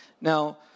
Now